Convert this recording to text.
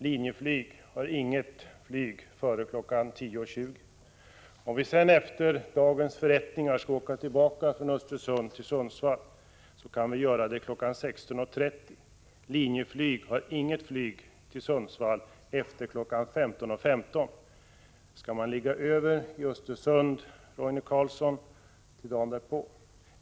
Linjeflyg har inget flyg före kl. 10.20. Om vi sedan efter dagens förrättningar skall åka tillbaka från Östersund till Sundsvall, kan vi göra det kl. 16.30. Linjeflyg har inget flyg till Sundsvall efter kl. 15.15. Skall man ligga över i Östersund till dagen därpå, Roine Carlsson?